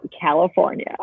California